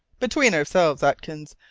between ourselves, atkins,